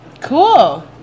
Cool